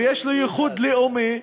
ויש לו ייחוד לאומי,